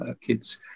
kids